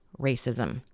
racism